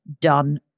done